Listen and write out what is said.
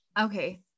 Okay